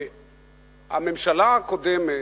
הממשלה הקודמת,